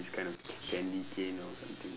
this kind of c~ candy cane or something